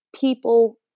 people